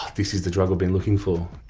this is the drug i've been looking for.